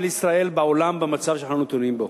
ישראל בעולם במצב שאנחנו נתונים בו.